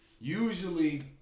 usually